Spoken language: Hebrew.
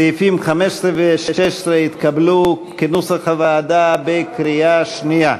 סעיפים 15 ו-16 התקבלו כנוסח הוועדה בקריאה שנייה.